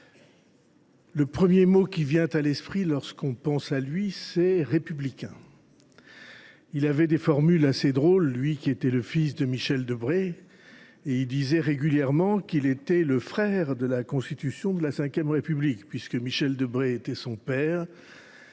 Le premier mot qui vient à l’esprit, lorsqu’on pense à lui, est celui de républicain. Il avait des formules assez drôles. Ainsi, lui qui était le fils de Michel Debré disait régulièrement qu’il était le frère de la Constitution de la V République, puisque Michel Debré était le père